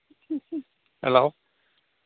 hello